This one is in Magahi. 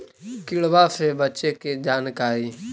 किड़बा से बचे के जानकारी?